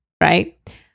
right